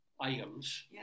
items